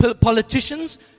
politicians